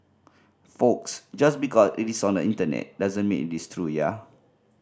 folks just because it is on the Internet doesn't mean it is true ya